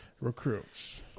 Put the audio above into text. Recruits